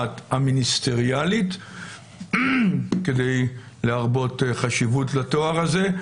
המיניסטריאלית כדי להרבות חשיבות לתואר הזה,